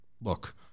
Look